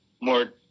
more